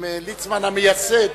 ליצמן המייסד,